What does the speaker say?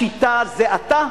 השיטה זה אתה,